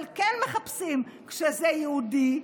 אבל כן מחפשים כשזה יהודי,